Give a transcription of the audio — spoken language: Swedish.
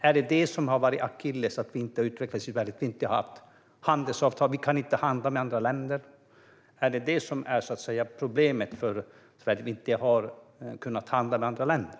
Är akilleshälen för vår utveckling att vi inte har handelsavtal och inte kan handla med andra länder? Är det problemet som gör att vi inte har kunnat handla med andra länder?